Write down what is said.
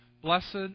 Blessed